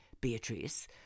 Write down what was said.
Beatrice